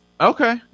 Okay